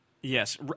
Yes